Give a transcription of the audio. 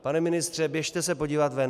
Pane ministře, běžte se podívat ven.